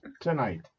tonight